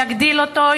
יגדיל אותו,